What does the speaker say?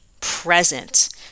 present